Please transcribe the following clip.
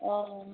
অঁ